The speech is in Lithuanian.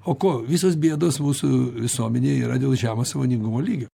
o ko visos bėdos mūsų visuomenėj yra dėl žemo sąmoningumo lygio